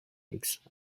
higgs